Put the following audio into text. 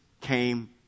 came